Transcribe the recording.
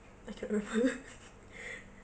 I don't know